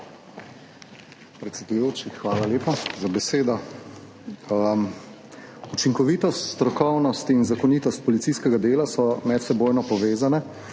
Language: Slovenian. Predsedujoči, hvala lepa za besedo. Učinkovitost, strokovnost in zakonitost policijskega dela so medsebojno povezane,